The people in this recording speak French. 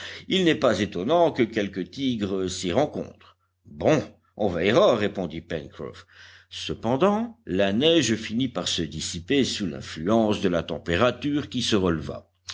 il n'est pas étonnant que quelques tigres s'y rencontrent bon on veillera répondit pencroff cependant la neige finit par se dissiper sous l'influence de la température qui se releva